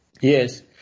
Yes